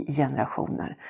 generationer